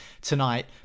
tonight